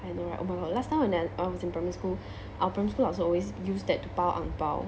I know right oh my god last time when I was in primary school our primary school must always use that to 包 ang bao